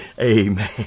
Amen